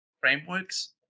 frameworks